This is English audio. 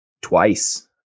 twice